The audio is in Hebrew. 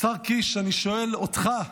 השר קיש, אני שואל אותך,